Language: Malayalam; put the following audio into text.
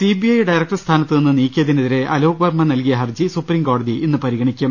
സിബിഐ ഡയറക്ടർ സ്ഥാനത്ത് നിന്ന് നീക്കിയതിനെതിരെ അലോക് വർമ നൽകിയ ഹർജി സുപ്രിംകോടതി ഇന്ന് പരിഗ ണിക്കും